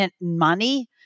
money